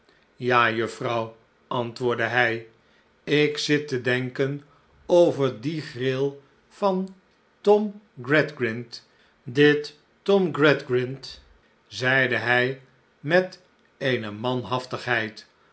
ja juffrouw antwoordde hij ik zit te denken over die gril van tom gradgrind dit tom gradgrind zeide hij met eene manhaftigheid